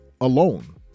alone